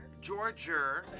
Georgia